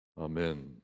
Amen